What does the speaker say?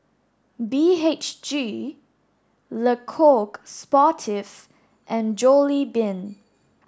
B H G LeCoq Sportif and Jollibean